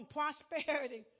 prosperity